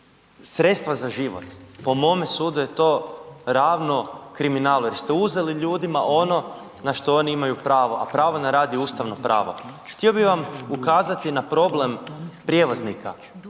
sredstva za život po mome sudu je ravno kriminalu jer ste uzeli ljudima ono na što oni imaju pravo, a pravo na rad je ustavno pravo. Htio bih vam ukazati na problem prijevoznika